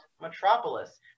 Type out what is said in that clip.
metropolis